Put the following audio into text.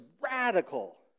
radical